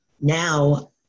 Now